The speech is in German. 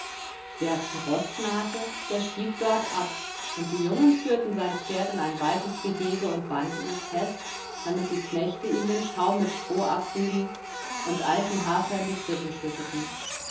wer zu roß nahte der stieg dort ab und die jungen führten sein pferd in ein weites gehege und banden es fest damit die knechte ihm den schaum mit stroh abrieben und alten hafer in die krippe schütteten